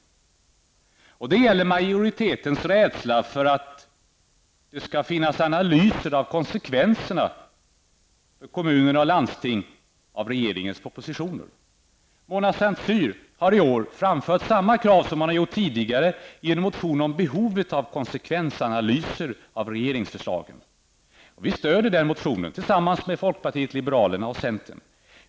Det gäller majoritetens rädsla för analyser av konsekvenserna för kommuner och landsting av regeringens propositioner. Mona Saint Cyr har i år framfört samma krav som hon har gjort tidigare i en motion om behovet av konsekvensanalyser av regeringsförslagen. Vi stöder den motionen tillsammans med folkpartiet liberalerna och centern.